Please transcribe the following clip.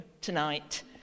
tonight